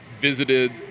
visited